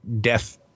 death